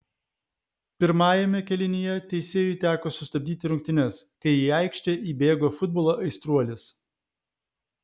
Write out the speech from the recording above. pirmajame kėlinyje teisėjui teko sustabdyti rungtynes kai į aikštę įbėgo futbolo aistruolis